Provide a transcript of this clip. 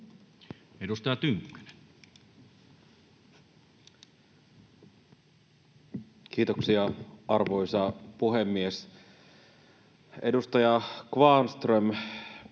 17:48 Content: Kiitoksia, arvoisa puhemies! Edustaja Kvarnström,